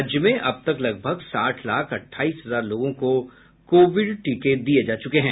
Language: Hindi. राज्य में अब तक लगभग साठ लाख अठाईस हजार लोगों को कोविड टीके दिये जा चुके हैं